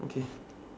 okay